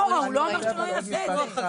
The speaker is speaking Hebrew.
הוא לא אומר שהשירות לא יינתן.